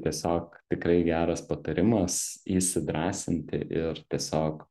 tiesiog tikrai geras patarimas įsidrąsinti ir tiesiog